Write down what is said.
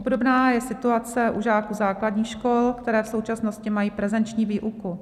Obdobná je situace u žáků základních škol, které v současnosti mají prezenční výuku.